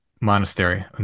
monastery